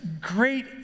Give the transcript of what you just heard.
great